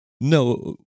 no